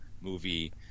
movie